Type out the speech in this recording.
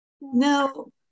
no